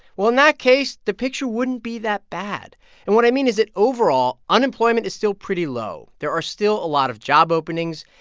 well, in that case, the picture wouldn't be that bad and what i mean is that, overall, unemployment is still pretty low. there are still a lot of job openings.